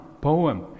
poem